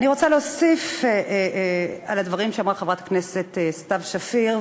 אני רוצה להוסיף על הדברים שאמרה חברת הכנסת סתיו שפיר,